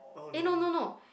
eh no no no